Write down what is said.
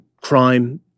crime